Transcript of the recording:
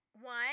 One